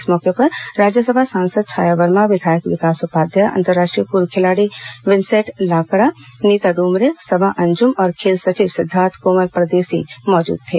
इस मौके पर राज्यसभा सांसद छाया वर्मा विधायक विकास उपाध्याय अंतर्राष्ट्रीय पूर्व हॉकी खिलाड़ी विन्सेट लकड़ा नीता डुमरे सबा अंजूम और खेल सचिव सिद्दार्थ कोमल परदेशी भी मौजूद थे